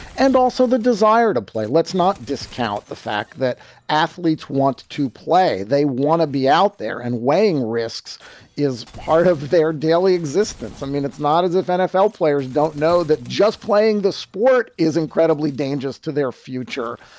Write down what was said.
and also the desire to play. let's not discount the fact that athletes want to play. they want to be out there and weighing risks is part of their daily existence. i mean, it's not as if nfl players don't know that just playing the sport is incredibly dangerous to their future.